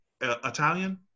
Italian